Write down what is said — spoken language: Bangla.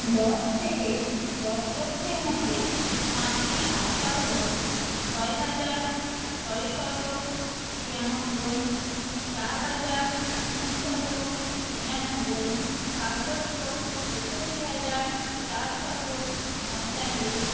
দশ থেকে দশ লক্ষ্যের মদ্যে পাঁচটি সংখ্যা হলো ছয় হাজার ছয়শত ছিয়ানব্বই চার হাজার তিনশত নিরানব্বই সাত লক্ষ্য তেষট্টি হাজার চারশত পঁয়তাল্লিশ